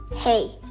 Hey